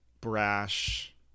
brash